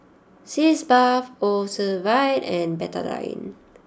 Sitz Bath Ocuvite and Betadine